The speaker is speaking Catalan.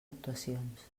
actuacions